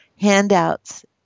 handouts